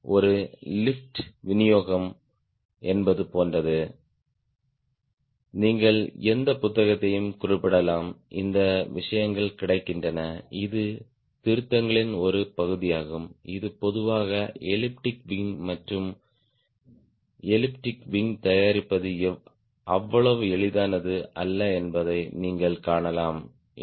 ஒரு லிஃப்ட் விநியோகம் என்பது போன்றது நீங்கள் எந்த புத்தகத்தையும் குறிப்பிடலாம் இந்த விஷயங்கள் கிடைக்கின்றன இது திருத்தங்களின் ஒரு பகுதியாகும் இது பொதுவாக எலிப்டிக் விங் மற்றும் எலிப்டிக் விங் தயாரிப்பது அவ்வளவு எளிதானது அல்ல என்பதை நீங்கள் காணலாம் எண்